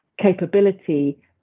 capability